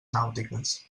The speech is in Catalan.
nàutiques